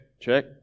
check